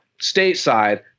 stateside